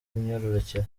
bw’imyororokere